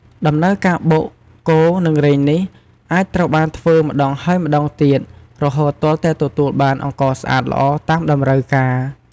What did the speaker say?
ដំណើរការបុក កូរ និងរែងនេះ អាចត្រូវបានធ្វើម្តងហើយម្តងទៀត រហូតទាល់តែទទួលបានអង្ករស្អាតល្អតាមតម្រូវការ។